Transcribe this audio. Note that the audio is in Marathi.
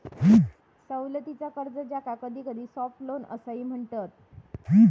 सवलतीचा कर्ज, ज्याका कधीकधी सॉफ्ट लोन असाही म्हणतत